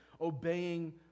obeying